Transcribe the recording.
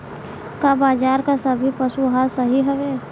का बाजार क सभी पशु आहार सही हवें?